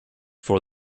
for